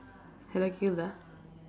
hello கேட்குதா:keetkuthaa